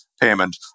payment